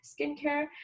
Skincare